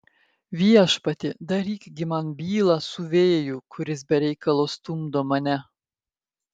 viešpatie daryk gi man bylą su vėju kuris be reikalo stumdo mane